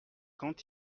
quand